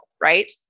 right